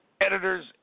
editors